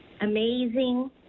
amazing